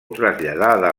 traslladada